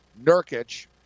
Nurkic